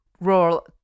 rural